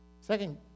Second